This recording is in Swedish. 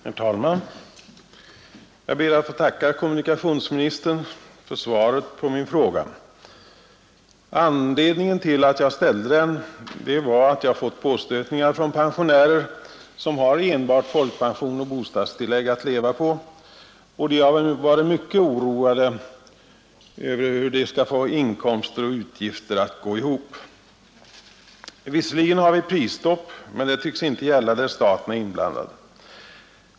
Herr talman! Jag ber att få tacka kommunikationsministern för svaret på min fråga. Anledningen till att jag ställde den var att jag fått påstötningar från pensionärer som har enbart folkpension och bostadstillägg att leva på. De har varit mycket oroade över hur de skall få inkomster och utgifter att gå ihop. Visserligen har vi prisstopp, men det tycks inte gälla där staten är inblandad.